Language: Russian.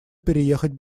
переехать